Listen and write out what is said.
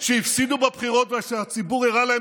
שהוא שקרן.